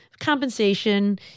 compensation